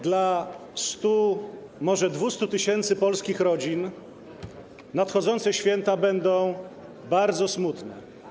Dla 100, może 200 tys. polskich rodzin nadchodzące święta będą bardzo smutne.